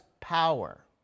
power